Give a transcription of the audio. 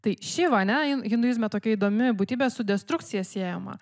tai šiva ane hin hinduizme tokia įdomi būtybė su destrukcija siejama